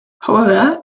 however